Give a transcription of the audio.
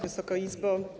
Wysoka Izbo!